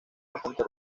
bastante